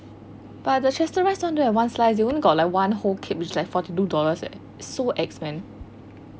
but the chateraise one don't have one slice they only got like one whole kit is like fucking two dollars eh it's like so expens~